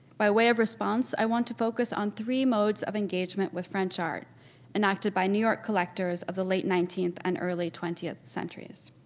by way of response, i want to focus on three modes of engagement with french art enacted by new york collectors of the late nineteenth and early twentieth centuries.